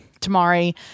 tamari